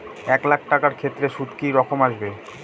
এক লাখ টাকার ক্ষেত্রে সুদ কি রকম আসবে?